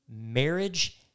Marriage